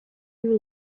you